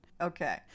Okay